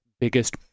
biggest